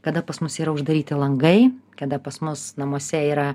kada pas mus yra uždaryti langai kada pas mus namuose yra